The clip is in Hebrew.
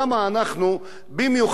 במיוחד בשלב הזה,